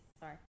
sorry